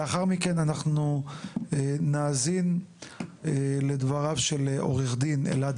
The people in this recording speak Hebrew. לאחר מכן, אנחנו נאזין לדבריו של עורך דין אלעד